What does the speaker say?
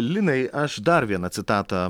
linai aš dar vieną citatą